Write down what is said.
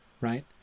right